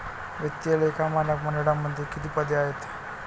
वित्तीय लेखा मानक मंडळामध्ये किती पदे आहेत?